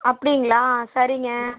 அப்படிங்களா சரிங்க